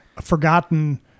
forgotten